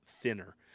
thinner